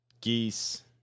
geese